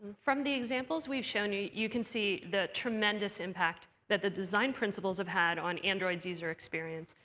from the examples we've shown you, you can see the tremendous impact that the design principles have had on android's user experience,